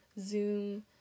zoom